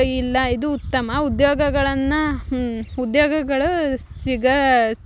ಇಲ್ಲ ಇದು ಉತ್ತಮ ಉದ್ಯೋಗಗಳನ್ನು ಉದ್ಯೋಗಗಳು ಸಿಗ